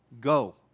go